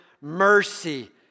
mercy